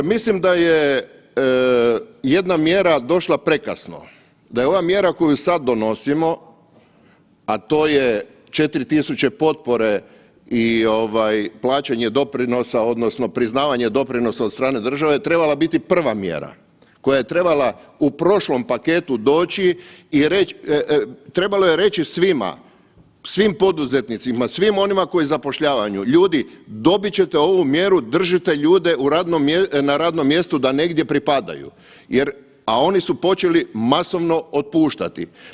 Mislim da je jedna mjera došla prekasno, da je ova mjera koju sad donosimo, a to je 4.000 potpore i ovaj plaćanje doprinosa odnosno priznavanje doprinosa od strane države trebala biti prva mjera koja je trebala u prošlom paketu doći i reći, trebalo je reći svima, svim poduzetnicima, svim onima koji zapošljavaju, ljudi dobit ćete ovu mjeru držite ljude na radnom mjestu da negdje pripadaju jer, a oni su počeli masovno otpuštati.